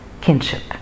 kinship